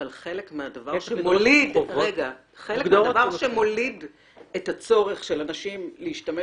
חלק מהדבר שמוליד את הצורך של אנשים להשתמש